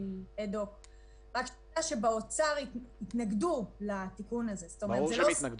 עשיתי מה שיכולתי מול